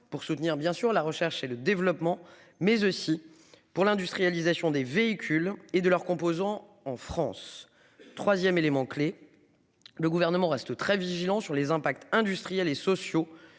pour soutenir bien sûr la recherche et le développement, mais aussi pour l'industrialisation des véhicules et de leurs composants en France 3ème, élément clé. Le gouvernement reste très vigilant sur les impacts industriels et sociaux